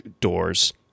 doors